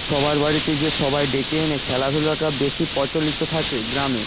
সবার বাড়িতে যেয়ে সবাই ডেকে এনে খেলাধুলাটা বেশি প্রচলিত থাকে গ্রামে